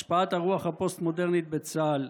השפעת הרוח הפוסט-מודרנית בצה"ל,